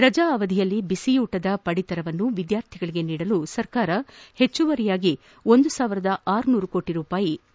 ರಜಾ ಅವಧಿಯಲ್ಲಿ ಬಿಸಿಯೂಟದ ಪಡಿತರವನ್ನು ವಿದ್ವಾರ್ಥಿಗಳಿಗೆ ನೀಡಲು ಸರ್ಕಾರ ಹೆಚ್ಚುವರಿಯಾಗಿ ಸಾವಿರದ ಆರು ನೂರು ಕೋಟಿ ರೂಪಾಯಿ ವ್ಯಯಿಸಲಿದೆ